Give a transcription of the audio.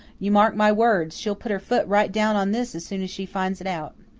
you mark my words, she'll put her foot right down on this as soon as she finds it out.